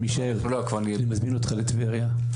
מישאל, אני מזמין אותך לטבריה.